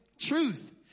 truth